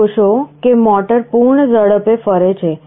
તમે જોશો કે મોટર પૂર્ણ ઝડપે ફરે છે